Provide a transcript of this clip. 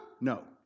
No